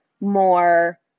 more